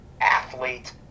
athlete